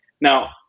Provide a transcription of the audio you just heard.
Now